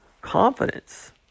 confidence